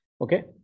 okay